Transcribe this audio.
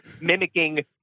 mimicking